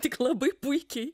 tik labai puikiai